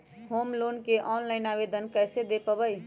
Home loan के online आवेदन कैसे दें पवई?